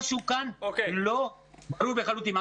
משהו כאן לא ברור לחלוטין.